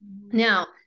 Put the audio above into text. Now